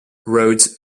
wrote